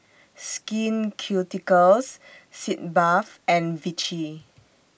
Skin Ceuticals Sitz Bath and Vichy